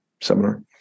seminar